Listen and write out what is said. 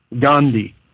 Gandhi